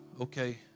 okay